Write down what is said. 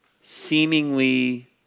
seemingly